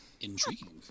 Intriguing